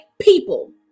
people